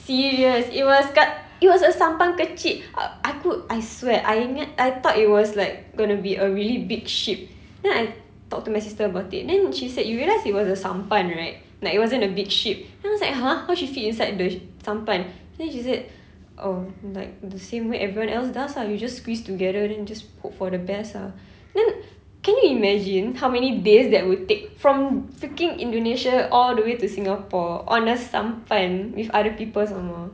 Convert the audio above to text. serious it was ka~ it was a sampan kecil a~ aku I swear I ingat I thought it was like gonna be a really big ship then I talked to my sister about it then she said you realise it was a sampan right like it wasn't a big ship then I was like !huh! how she fit inside the sh~ sampan then she said oh like the same way everyone else does ah you just squeeze together then just hope for the best ah then can you imagine how many days that would take from freaking indonesia all the way to singapore on a sampan with other people some more